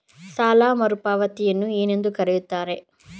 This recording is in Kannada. ಸಾಲ ಮರುಪಾವತಿಯನ್ನು ಏನೆಂದು ಕರೆಯುತ್ತಾರೆ?